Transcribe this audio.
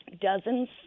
Dozens